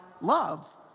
love